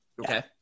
Okay